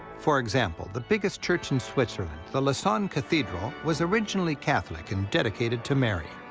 for example, the biggest church in switzerland, the lausanne cathedral, was originally catholic and dedicated to mary.